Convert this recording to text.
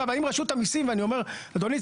אדוני,